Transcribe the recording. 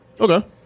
Okay